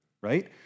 right